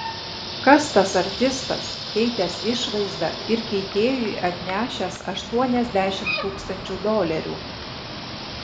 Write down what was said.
kas tas artistas keitęs išvaizdą ir keitėjui atnešęs aštuoniasdešimt tūkstančių dolerių